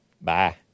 Bye